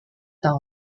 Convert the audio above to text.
town